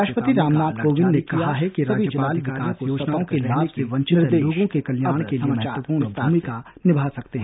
सम्मेलन राष्ट्रपति रामनाथ कोविंद ने कहा है कि राज्यपाल विकास योजनाओं के लाभ से वंचित लोगों के कल्याण के लिए महत्वपूर्ण भूमिका निभा सकते हैं